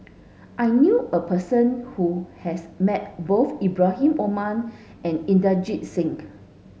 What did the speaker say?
I knew a person who has met both Ibrahim Omar and Inderjit Singh